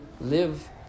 live